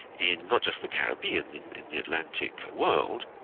in not just the caribbean, in the atlantic world.